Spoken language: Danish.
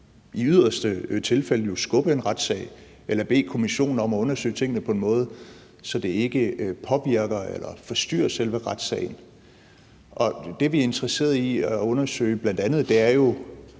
i yderste tilfælde skubbe en retssag eller bede kommissionen om at undersøge tingene på en måde, så det ikke påvirker eller forstyrrer selve retssagen. Og det, vi bl.a. er interesseret i at undersøge, er jo